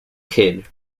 kidd